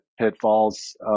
pitfalls